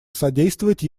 содействовать